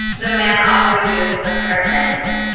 the man offered you his apartment,